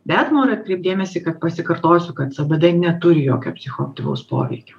bet noriu atkreipt dėmesį kad pasikartosiu kad cbd neturi jokio psichoaktyvaus poveikio